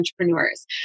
entrepreneurs